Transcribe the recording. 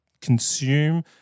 consume